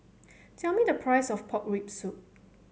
tell me the price of Pork Rib Soup